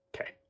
okay